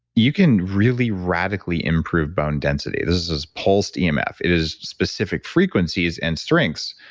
you can really radically improve bone density. this is pulsed emf. it is specific frequencies and strengths,